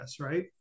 right